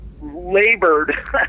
labored